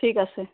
ঠিক আছে